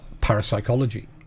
parapsychology